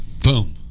boom